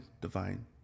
divine